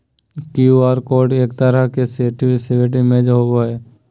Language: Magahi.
क्यू आर कोड एक तरह के स्टेटिक इमेज होबो हइ